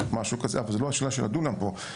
אבל זה לא השאלה של הדונמים פה.